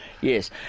Yes